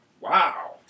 Wow